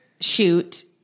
shoot